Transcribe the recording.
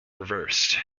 reversed